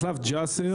מחלף ג'סר,